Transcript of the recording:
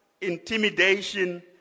intimidation